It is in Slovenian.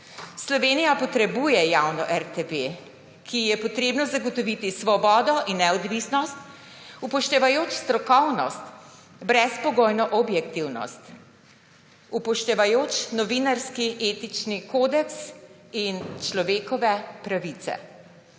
Slovenija potrebuje javno RTV, ki ji je potrebno zagotoviti svobodo in neodvisnost, upoštevajoč strokovnost, brezpogojno objektivnost, upoštevajoč novinarski etični kodeks in človekove pravice.